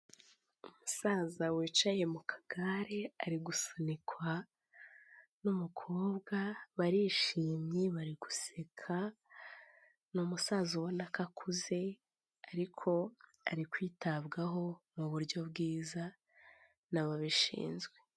Umusaza wicaye mu kagare ari gusunikwa n'umukobwa barishimye bari guseka, n'umusaza ubona ko akuze ariko ari kwitabwaho mu buryo bwiza n'ababishinzwe.